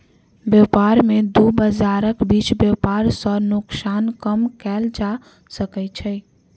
व्यापार में दू बजारक बीच व्यापार सॅ नोकसान कम कएल जा सकै छै